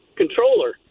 controller